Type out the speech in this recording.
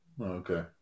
Okay